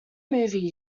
movie